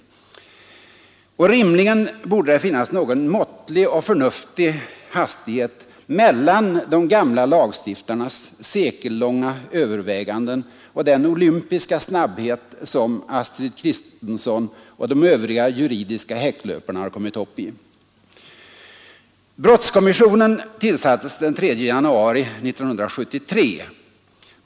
Rimligen borde det finnas någon måttlig och förnuftig hastighet mellan de gamla lagstiftarnas sekellånga överväganden och den olympiska snabbhet som Astrid Kristensson och de övriga juridiska häcklöparna har kommit upp i. Brottskommissionen tillsattes den 3 januari 1973.